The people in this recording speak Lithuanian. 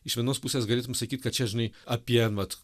iš vienos pusės galėtum sakyt kad čia žinai apie vat